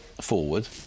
forward